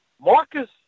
marcus